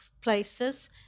places